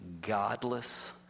godless